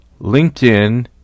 LinkedIn